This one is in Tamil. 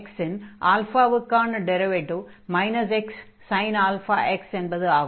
cos αx இன் க்கான டிரைவேடிவ் xsin αx என்பது ஆகும்